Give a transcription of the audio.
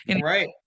Right